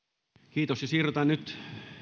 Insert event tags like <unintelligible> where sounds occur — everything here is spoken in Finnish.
kiitos ja siirrytään nyt <unintelligible>